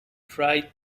tried